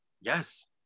yes